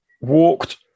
walked